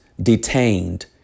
detained